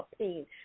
pain